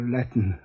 Latin